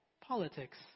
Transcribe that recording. Politics